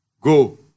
go